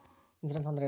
Insurance ಅಂದ್ರೇನು?